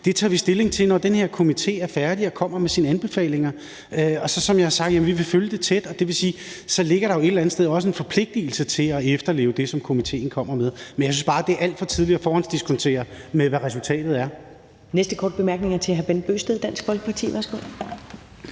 det tager vi stilling til, når den her komité er færdig og kommer med sine anbefalinger. Og som jeg har sagt, vil vi følge det tæt, og det vil sige, at der så et eller andet sted også ligger en forpligtelse til at efterleve det, som komitéen kommer med. Men jeg synes bare, det er alt for tidligt at foruddiskontere, hvad resultatet bliver. Kl. 13:22 Første næstformand (Karen Ellemann): Næste korte bemærkning er til hr. Bent Bøgsted, Dansk Folkeparti. Værsgo.